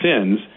sins